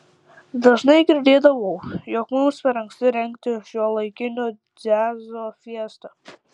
dažnai girdėdavau jog mums per anksti rengti šiuolaikinio džiazo fiestą